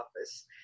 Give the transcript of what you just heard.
Office